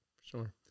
Sure